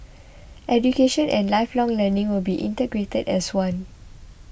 education and lifelong learning will be integrated as one